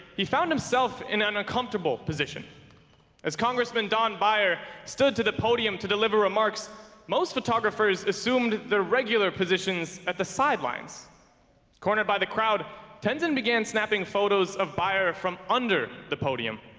he found himself in an uncomfortable position as congressman don beyer stood to the podium to deliver remarks most photographers assumed the regular positions at the sidelines cornered by the crowd tenzin began snapping photos of beyer from under the podium